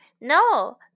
No